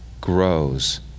grows